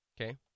Okay